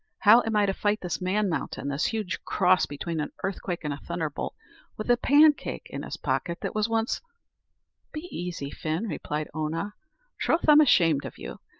how am i to fight this man-mountain this huge cross between an earthquake and a thunderbolt with a pancake in his pocket that was once be easy, fin, replied oonagh troth, i'm ashamed of you.